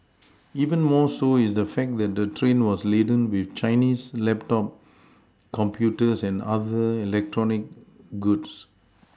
even more so is the fact that the train was laden with Chinese laptop computers and other electronic goods